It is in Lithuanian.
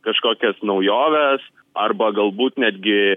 kažkokias naujoves arba galbūt netgi